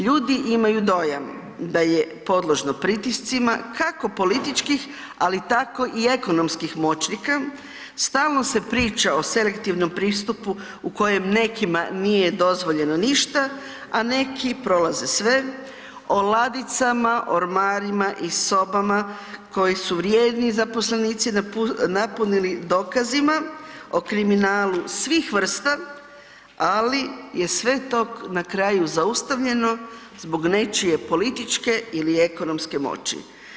Ljudi imaju dojam da je podložno pritiscima kako političkih ali tako i ekonomskih moćnika, stalno se priča o selektivnom pristupu u kojem nekima nije dozvoljeno ništa a neki prolaze sve, o ladicama, ormarima i sobama koji su vrijedni zaposlenici napunili dokazima o kriminalu svih vrsta ali je sve to na kraju zaustavljeno zbog nečije političke ili ekonomske moći.